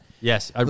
yes